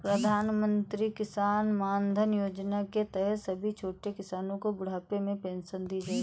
प्रधानमंत्री किसान मानधन योजना के तहत सभी छोटे किसानो को बुढ़ापे में पेंशन दी जाएगी